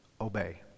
obey